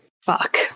Fuck